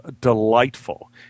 delightful